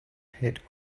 hit